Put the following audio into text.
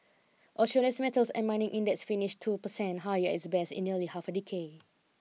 Australia's metals and mining index finished two per cent higher at its best in nearly half a decade